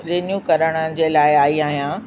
renew करण जे लाइ आई आहियां